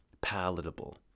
palatable